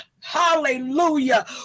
hallelujah